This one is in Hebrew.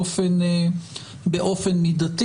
באופן מידתי.